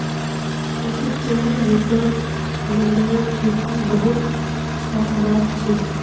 पश्चिमी देशत जंगलेर खेती बहुत आम बात छेक